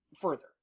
further